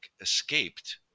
escaped